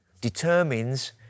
determines